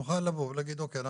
נוכל לבוא ולהגיד אוקיי,